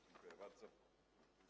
Dziękuję bardzo.